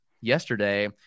yesterday